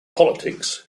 politics